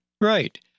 right